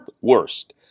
worst